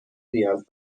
نیاز